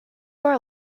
are